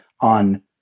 on